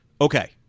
Okay